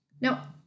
Now